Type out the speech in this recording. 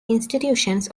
institutions